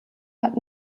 hat